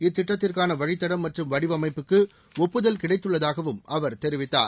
இத்திட்டத்திற்கான வழித்தடம் மற்றும் வடிவமைப்புக்கு ஒப்புதல் கிடைத்துள்ளதாகவும் அவர் தெரிவித்தார்